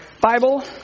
Bible